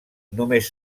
només